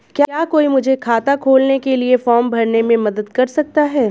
क्या कोई मुझे खाता खोलने के लिए फॉर्म भरने में मदद कर सकता है?